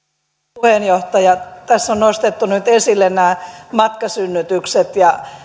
puheenjohtaja tässä on nostettu nyt esille nämä matkasynnytykset ja